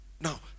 now